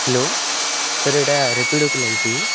hello sir ଏଇଟା ରାପିଡ଼ୋ କୁ ଲାଗିଛି କି